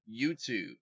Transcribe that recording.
YouTube